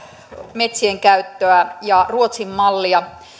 metsien käyttöä ja ruotsin mallia